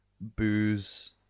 booze